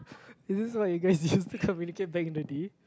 is this what you guys use to communicate back in the day